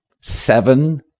seven